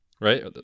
Right